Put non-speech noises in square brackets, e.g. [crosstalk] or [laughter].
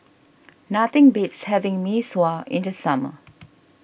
nothing beats having Mee Sua in the summer [noise]